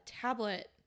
tablet